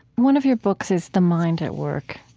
one of your books is the mind at work,